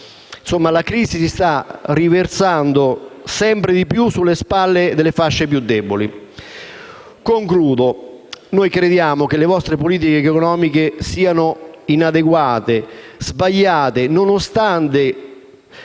la crisi si sta riversando sempre più sulle spalle delle fasce più deboli. Noi crediamo che le vostre politiche economiche siano inadeguate e sbagliate nonostante